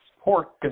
Pork